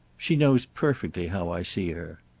she knows perfectly how i see her.